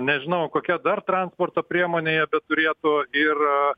nežinau kokią dar transporto priemonę jie beturėtų ir